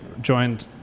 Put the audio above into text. joined